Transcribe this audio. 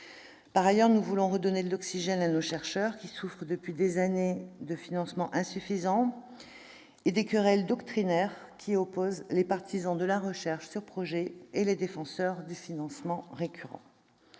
Par ailleurs, nous voulons redonner de l'oxygène à nos chercheurs, qui souffrent depuis des années de financements insuffisants et des querelles doctrinaires opposant les partisans de la recherche sur projets et les défenseurs du financement récurrent.